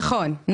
נכון.